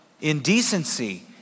indecency